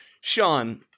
Sean